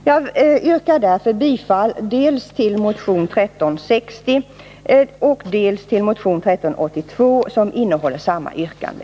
Jag yrkar därför bifall dels till motion 1360, dels till motion 1382, som i sak innehåller samma yrkande.